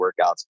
workouts